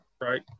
right